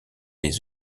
les